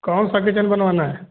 कौन सा किचन बनवाना है